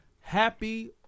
Happy